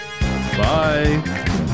Bye